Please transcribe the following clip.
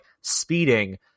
speeding